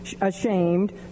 ashamed